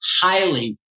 highly